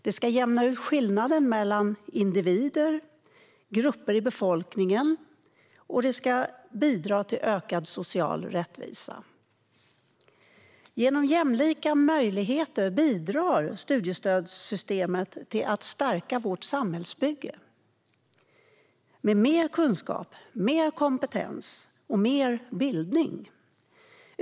Det ska jämna ut skillnader mellan individer samt grupper i befolkningen och bidra till ökad social rättvisa. Genom jämlika möjligheter bidrar studiestödssystemet till att stärka vårt samhällsbygge med mer kunskap, mer kompetens och mer bildning.